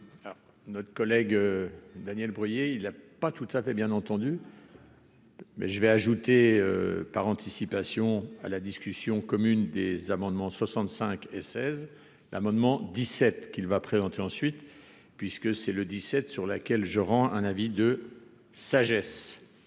Notre collègue Daniel Breuiller, il a pas tout à fait bien entendu. Mais je vais ajouter par anticipation à la discussion commune des amendements 65 et 16 l'amendement 17 qu'il va présenter ensuite puisque c'est le dix-sept, sur laquelle je rends un avis de sagesse